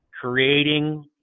creating